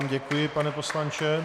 Děkuji vám, pane poslanče.